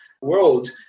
world